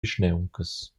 vischnauncas